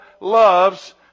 loves